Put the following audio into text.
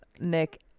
Nick